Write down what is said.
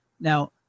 Now